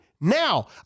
now